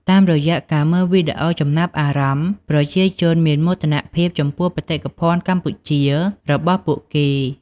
តាមរយៈការមើលវីដេអូចំណាប់អារម្មណ៍ ប្រជាជនមានមោទនភាពចំពោះបេតិកភណ្ឌកម្ពុជារបស់ពួកគេ។